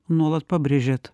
nuolat pabrėžiat